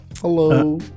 hello